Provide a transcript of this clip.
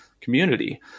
community